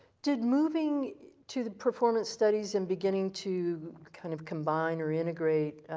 did moving to performance studies and beginning to kind of combine or integrate